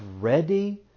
ready